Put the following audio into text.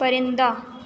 پرندہ